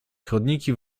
chodniki